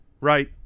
right